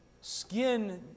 skin